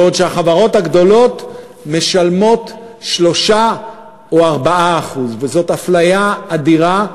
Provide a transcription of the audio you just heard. בעוד שהחברות הגדולות משלמות 3% או 4%. וזאת אפליה אדירה,